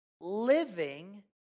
living